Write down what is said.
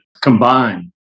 combine